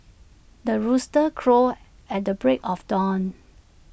the rooster crows at the break of dawn